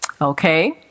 okay